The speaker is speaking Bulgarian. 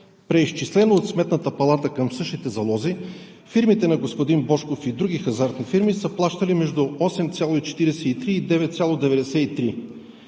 преизчислено от Сметната палата към същите залози, фирмите на господин Божков и други хазартни фирми са плащали между 8,43% и 9,93%.